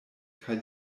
kaj